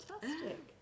Fantastic